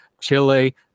Chile